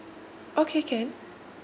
okay can